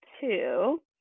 two